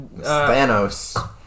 Thanos